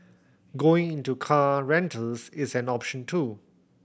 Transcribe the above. going into car rentals is an option too